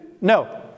no